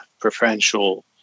preferential